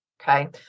Okay